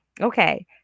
Okay